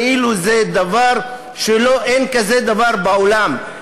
כאילו אין כזה דבר בעולם.